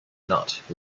nut